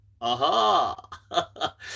Aha